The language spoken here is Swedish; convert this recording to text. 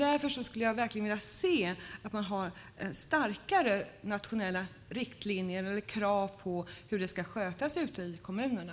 Därför skulle jag verkligen vilja se starkare nationella riktlinjer eller krav på hur det ska skötas ute i kommunerna.